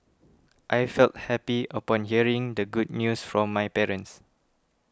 I felt happy upon hearing the good news from my parents